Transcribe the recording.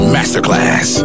Masterclass